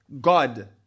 God